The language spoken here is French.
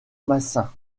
massin